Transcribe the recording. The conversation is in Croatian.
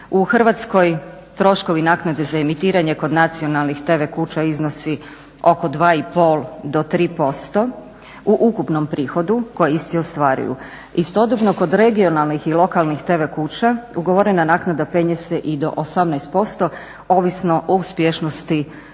u Hrvatskoj troškovi naknade za emitiranje kod nacionalnih TV kuća iznosi oko 2,5 do 3% u ukupnom prihodu koji se ostvaruju. Istodobno kod regionalnih i lokalnih TV kuća ugovorena naknada penje se i do 18% ovisno o uspješnosti